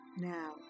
now